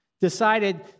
decided